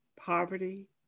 poverty